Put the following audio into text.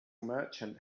merchant